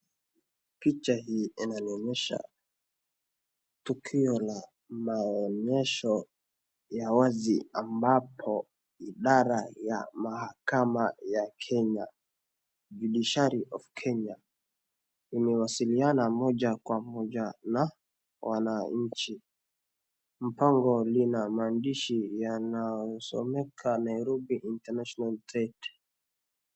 Picha hii inaonyesha maonyesho ya wazi ambapo Idara ya Mahakama ya Kenya, kupitia Judishari ya Kenya, imewasiliana moja kwa moja na wananchi. Pia ina mpango uliyoandikwa "Nairobi International Trade."